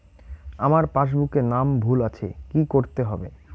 আমার পাসবুকে নাম ভুল আছে কি করতে হবে?